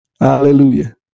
Hallelujah